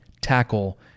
tackle